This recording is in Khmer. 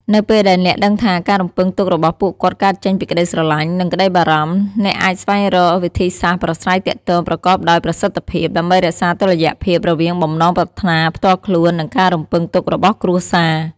នៅពេលដែលអ្នកដឹងថាការរំពឹងទុករបស់ពួកគាត់កើតចេញពីក្តីស្រឡាញ់ និងក្តីបារម្ភ អ្នកអាចស្វែងរក វិធីសាស្ត្រប្រាស្រ័យទាក់ទងប្រកបដោយប្រសិទ្ធភាព ដើម្បីរក្សាតុល្យភាពរវាងបំណងប្រាថ្នាផ្ទាល់ខ្លួន និងការរំពឹងទុករបស់គ្រួសារ។